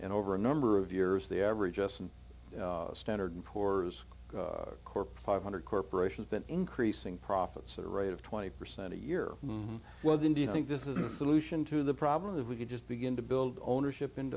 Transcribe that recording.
and over a number of years the average us and standard and poor's corp five hundred corporations been increasing profits at a rate of twenty percent a year from well then do you think this is the solution to the problem if we could just begin to build ownership in